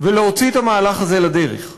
ולהוציא את המהלך הזה לדרך.